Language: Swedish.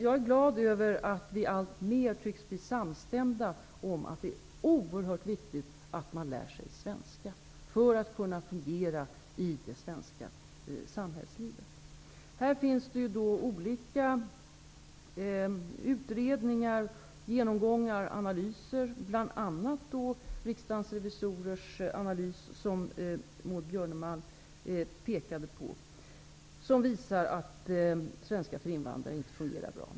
Jag är glad över att vi alltmer tycks bli samstämda om att det är oerhört viktigt att man lär sig svenska för att kunna fungera i det svenska samhällslivet. Här finns olika utredningar, genomgångar, analyser -- bl.a. riksdagens revisorers analys som Maud Björnemalm pekade på. Den visar att svenska för invandrare inte fungerar bra.